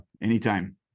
anytime